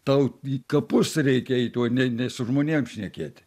tau į kapus reikia eit o ne ne su žmonėm šnekėti